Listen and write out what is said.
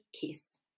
KISS